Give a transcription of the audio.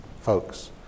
folks